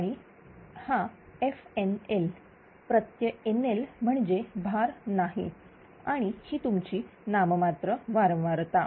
आणि हा fNL प्रत्यय NL म्हणजे भार नाही आणि ही तुमची नाममात्र वारंवारता